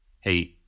hey